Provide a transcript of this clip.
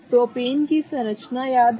propane की Lewis संरचना याद है